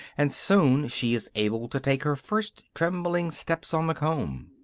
and soon she is able to take her first trembling steps on the comb.